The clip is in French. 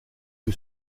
que